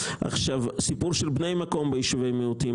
לגבי בני מקום ביישובי מיעוטים,